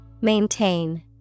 Maintain